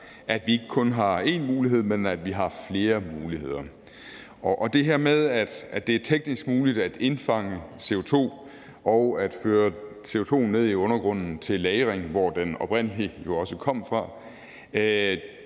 at vi ikke kun har én mulighed, men at vi har flere muligheder. Det her med, at det er teknisk muligt at indfange CO2 og at føre CO2-en ned i undergrunden til lagring, hvor den jo oprindeligt også kom fra,